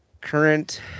current